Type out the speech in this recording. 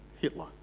Hitler